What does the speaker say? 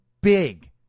big